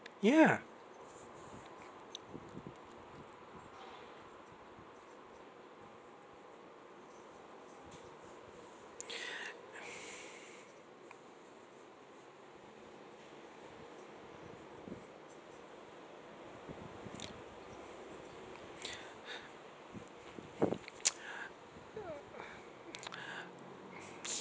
yeah